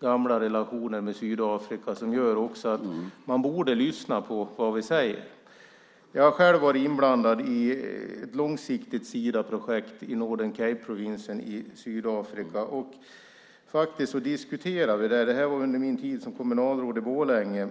gamla relationer med Sydafrika som gör att man borde lyssna på vad vi säger. Jag har själv varit inblandad i ett långsiktigt Sidaprojekt i Northen Cape-provinsen i Sydafrika. Det var under min tid som kommunalråd i Borlänge.